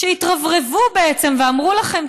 שהתרברבו בעצם ואמרו לכם,